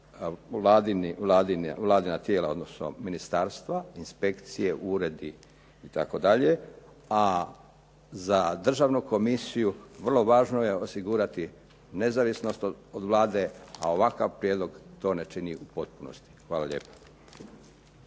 to su vladina tijela, odnosno ministarstva, inspekcije, uredi itd., a za državnu komisiju vrlo je važno je osigurati nezavisnost od Vlade, a ovakav prijedlog to ne čini u potpunosti. Hvala lijepo.